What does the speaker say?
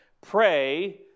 Pray